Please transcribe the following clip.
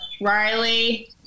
Riley